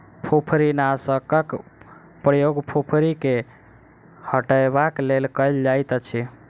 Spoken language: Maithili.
फुफरीनाशकक प्रयोग फुफरी के हटयबाक लेल कयल जाइतअछि